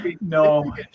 no